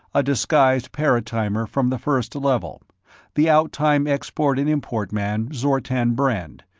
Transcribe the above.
a disguised paratimer from the first level the outtime export and import man, zortan brend,